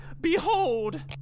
Behold